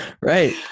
Right